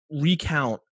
recount